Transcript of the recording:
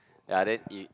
ya then it